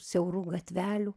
siaurų gatvelių